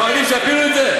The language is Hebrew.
אתה מעדיף שיפילו את זה?